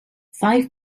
five